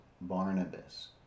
Barnabas